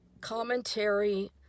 commentary